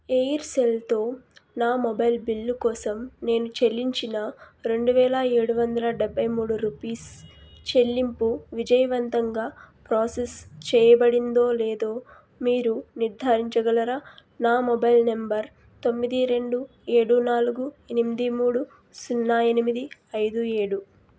ఎయిర్సెల్తో నా mobile bill కోసం నేను చెల్లించిన రెండు వేల ఏడు వందల డెబ్బై మూడు రుపీస్ చెల్లింపు విజయవంతంగా ప్రసెస్ చెయ్యబడిందో లేదో మీరు నిర్ధారించగలరా నా మొబైల్ నెంబర్ తొమ్మిది రెండు ఏడు నాలుగు ఎనిమిది మూడు సున్నా ఎనిమిది ఐదు ఏడు